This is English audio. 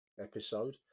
episode